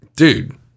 dude